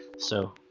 so,